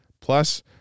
plus